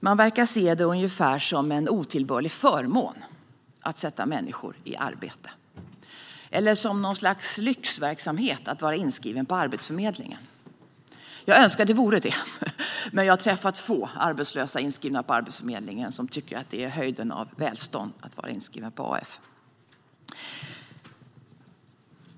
De verkar se det som en otillbörlig förmån när människor sätts i arbete och tycks anse att det handlar om lyxverksamhet när någon är inskriven på Arbetsförmedlingen. Jag önskar att det vore det, men jag har träffat få arbetslösa som är inskrivna på Arbetsförmedlingen och som tycker att detta är höjden av välstånd.